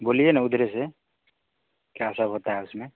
बोलिए ना उधर ही से क्या सब होता है उसमें